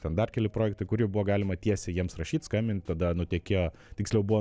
ten dar keli projektai kur jau buvo galima tiesiai jiems rašyt skambint tada nutekėjo tiksliau buvo